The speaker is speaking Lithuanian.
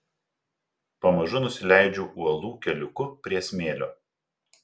pamažu nusileidžiu uolų keliuku prie smėlio